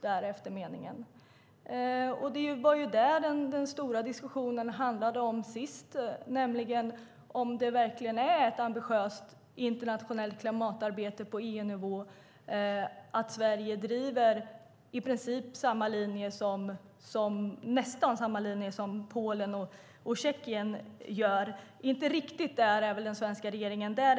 Det var ju det som den stora diskussionen handlade om senast, nämligen om det verkligen är ett ambitiöst internationellt klimatarbete på EU-nivå att Sverige driver nästan samma linjer som Polen och Tjeckien gör. Den svenska regeringen är väl inte riktigt där.